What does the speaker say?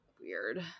Weird